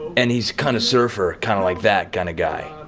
and he's kind of surfer, kind of like that kind guy.